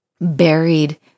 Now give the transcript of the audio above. buried